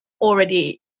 already